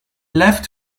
left